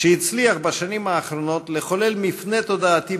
שהצליח בשנים האחרונות לחולל מפנה תודעתי